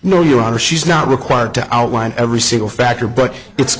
know your honor she's not required to outline every single factor but it's